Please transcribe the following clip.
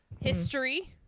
history